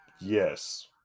Yes